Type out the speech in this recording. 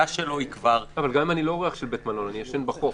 גם אם אני לא אורח בבית מלון אלא ישן בחוף,